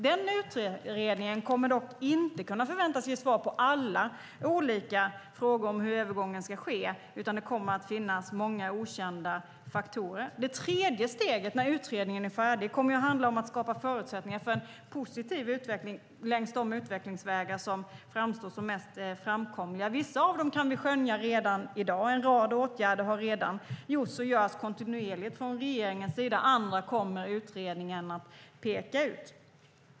Den utredningen kommer dock inte att förväntas kunna ge svar på alla olika frågor om hur övergången ska ske, utan det kommer att finnas många okända faktorer. Det tredje steget när utredningen är färdig kommer att handla om att skapa förutsättningar för en positiv utveckling längs de utvecklingsvägar som framstår som mest framkomliga. Vissa av dem kan vi skönja redan i dag. En rad åtgärder har redan gjorts och görs kontinuerligt från regeringens sida. Andra kommer utredningen att peka ut.